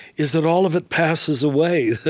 is that all of it passes away.